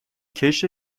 کشت